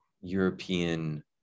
European